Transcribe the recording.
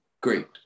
great